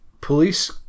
police